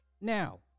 Now